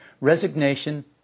Resignation